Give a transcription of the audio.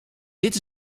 dit